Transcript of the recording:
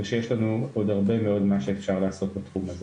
ושיש לנו עוד הרבה מאוד מה לעשות בתחום הזה.